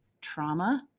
trauma